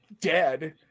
dead